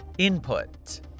Input